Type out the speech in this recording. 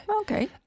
Okay